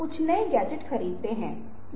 जब हम एक फ्रेम को तोड़ते हैं तो क्या होता है